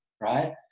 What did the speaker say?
Right